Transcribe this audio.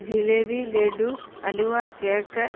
jalebi laddu halwa cake